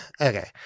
okay